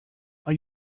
are